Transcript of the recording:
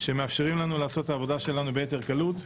שמאפשרים לנו לעשות את העבודה שלנו ביתר קלות,